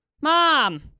mom